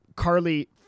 Carly